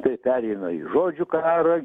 tai pereina į žodžių karą